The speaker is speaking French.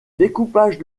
découpage